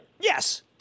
Yes